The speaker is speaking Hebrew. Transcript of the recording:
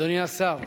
אדוני השר,